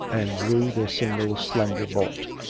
and drew the single slender bolt.